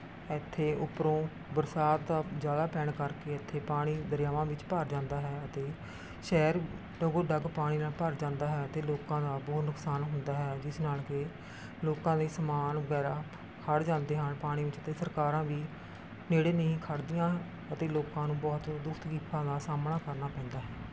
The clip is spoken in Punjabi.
ਇੱਥੇ ਉੱਪਰੋਂ ਬਰਸਾਤ ਜ਼ਿਆਦਾ ਪੈਣ ਕਰਕੇ ਇੱਥੇ ਪਾਣੀ ਦਰਿਆਵਾਂ ਵਿੱਚ ਭਰ ਜਾਂਦਾ ਹੈ ਅਤੇ ਸ਼ਹਿਰ ਡਗੋਂ ਡੱਗ ਪਾਣੀ ਨਾਲ ਭਰ ਜਾਂਦਾ ਹੈ ਅਤੇ ਲੋਕਾਂ ਦਾ ਬਹੁਤ ਨੁਕਸਾਨ ਹੁੰਦਾ ਹੈ ਜਿਸ ਨਾਲ ਕਿ ਲੋਕਾਂ ਦੇ ਸਮਾਨ ਵਗੈਰਾ ਹੜ੍ਹ ਜਾਂਦੇ ਹਨ ਪਾਣੀ ਵਿੱਚ ਤਾਂ ਸਰਕਾਰਾਂ ਵੀ ਨੇੜੇ ਨਹੀਂ ਖੜ੍ਹਦੀਆਂ ਅਤੇ ਲੋਕਾਂ ਨੂੰ ਬਹੁਤ ਦੁੱਖ ਤਕਲੀਫਾਂ ਦਾ ਸਾਹਮਣਾ ਕਰਨਾ ਪੈਂਦਾ ਹੈ